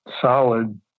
solid